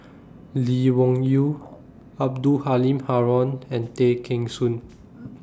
Lee Wung Yew Abdul Halim Haron and Tay Kheng Soon